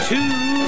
Two